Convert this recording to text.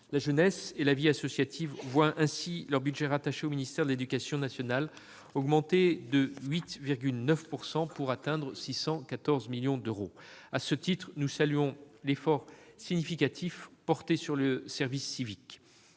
La jeunesse et la vie associative voient ainsi leur budget, rattaché au ministère de l'éducation nationale, augmenter de 8,9 %, pour atteindre 614 millions d'euros. À ce titre, nous saluons l'effort significatif porté sur le service civique.